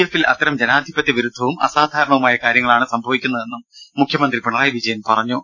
എഫിൽ അത്തരം ജനാധിപത്യ വിരുദ്ധവും അസാധാരണവുമായ കാര്യങ്ങളാണ് സംഭവിക്കുന്നതെന്നും മുഖ്യമന്ത്രി പിണറായി വിജയൻ പറഞ്ഞു